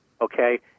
okay